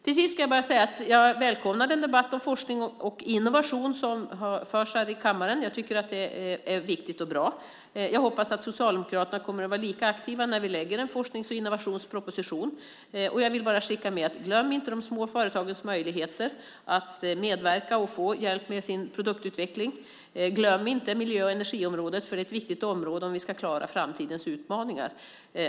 Till sist ska jag bara säga att jag välkomnar den debatt om forskning och innovation som förs här i kammaren. Det tycker jag är viktigt och bra. Jag hoppas att Socialdemokraterna kommer att vara lika aktiva när vi lägger fram en forsknings och innovationsproposition. Jag vill bara skicka med att glöm inte de små företagens möjligheter att medverka och behov att få hjälp med sin produktutveckling. Glöm inte miljö och energiområdet, för det är ett viktigt område om vi ska klara framtidens utmaningar.